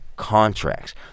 contracts